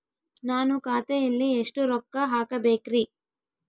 ನಾನು ಖಾತೆಯಲ್ಲಿ ಎಷ್ಟು ರೊಕ್ಕ ಹಾಕಬೇಕ್ರಿ?